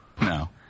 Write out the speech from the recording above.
No